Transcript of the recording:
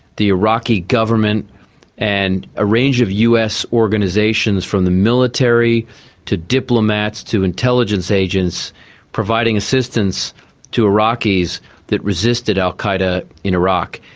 the iraqi government and a range of us organisations from the military to diplomats to intelligence agents providing assistance to iraqis that resisted al qaeda in iraq.